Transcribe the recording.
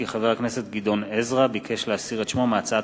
כי חבר הכנסת גדעון עזרא ביקש להסיר את שמו מהצעת